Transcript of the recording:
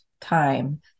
time